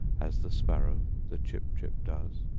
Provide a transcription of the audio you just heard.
as the sparrow, the chipchip, does?